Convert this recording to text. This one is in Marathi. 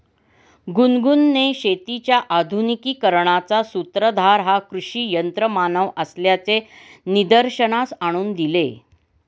गुनगुनने शेतीच्या आधुनिकीकरणाचा सूत्रधार हा कृषी यंत्रमानव असल्याचे निदर्शनास आणून दिले